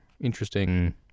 interesting